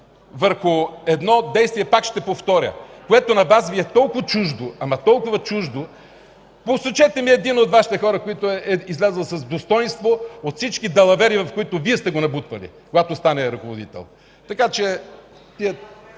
върху едно действие, пак ще повторя, което на Вас Ви е толкова чуждо, ама толкова чуждо! Посочете ми един от Вашите хора, от които е излязъл с достойнство от всички далавери, в които Вие сте го набутвали, когато стане ръководител. Така че,